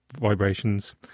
vibrations